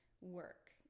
work